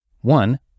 one